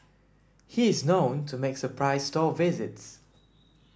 he is known to make surprise store visits